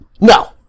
No